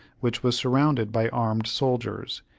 which was surrounded by armed soldiers,